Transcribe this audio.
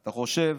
אתה חושב,